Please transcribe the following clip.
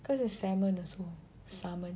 cause it's salmon also salmon